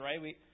right